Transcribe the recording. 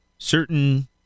Certain